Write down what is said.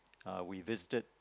uh we visited